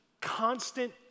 constant